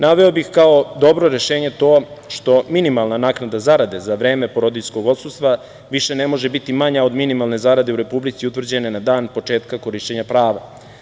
Naveo bih kao dobro rešenje to što minimalna naknada zarade za vreme porodiljskog odsustva više ne može biti manja od minimalne zarade u Republici utvrđene na dan početka korišćenja prava.